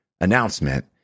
announcement